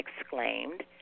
exclaimed